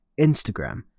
Instagram